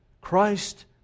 Christ